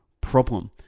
Problem